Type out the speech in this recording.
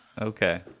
okay